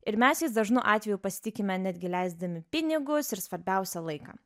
ir mes jais dažnu atveju pasitikime netgi leisdami pinigus ir svarbiausia laiką